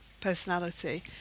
personality